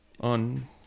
On